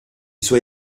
suoi